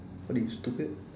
what are you stupid